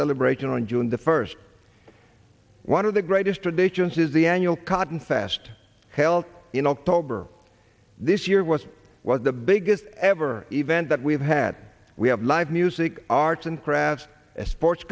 celebration on june the first one of the greatest traditions is the annual cotton fast held in october this year was was the biggest ever event that we've had we have live music arts and crafts a sports